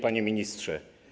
Panie Ministrze!